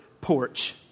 porch